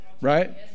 Right